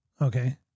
Okay